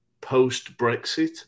post-Brexit